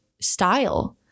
style